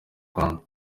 rwanda